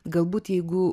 galbūt jeigu